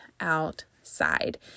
outside